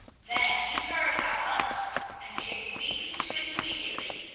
then he heard at once and came leaping to it immediately,